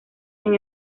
sin